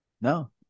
No